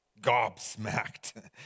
Gobsmacked